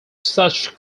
such